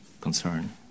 concern